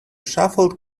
shuffled